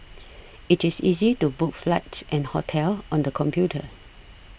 it is easy to book flights and hotels on the computer